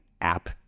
app